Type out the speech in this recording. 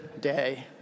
day